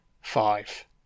five